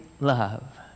love